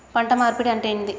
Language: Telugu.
పంట మార్పిడి అంటే ఏంది?